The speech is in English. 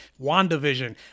WandaVision